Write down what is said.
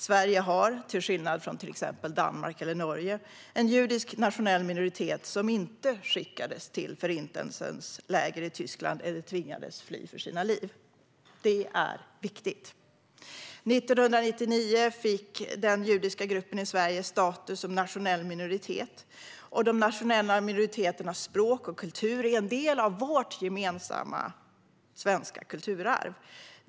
Sverige har, till skillnad från till exempel Danmark eller Norge, en judisk nationell minoritet som inte skickades till Förintelsens läger i Tyskland eller tvingades fly för sina liv. Det är viktigt. År 1999 fick den judiska gruppen i Sverige status som nationell minoritet. De nationella minoriteternas språk och kultur är en del av vårt gemensamma svenska kulturarv.